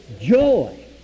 Joy